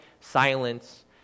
silence